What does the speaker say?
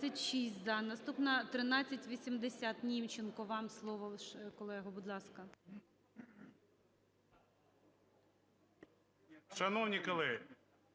Німченко. Вам слово, колего, будь ласка.